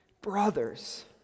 Brothers